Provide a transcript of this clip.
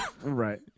Right